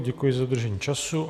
Děkuji za dodržení času.